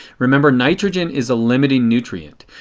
remember nitrogen is a limiting nutrient.